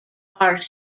are